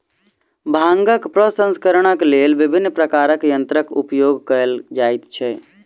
भांगक प्रसंस्करणक लेल विभिन्न प्रकारक यंत्रक प्रयोग कयल जाइत छै